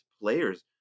players